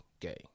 gay